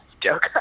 joke